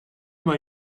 mal